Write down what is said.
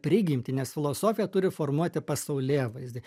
prigimtį nes filosofija turi formuoti pasaulėvaizdį